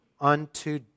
unto